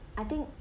I think